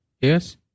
Yes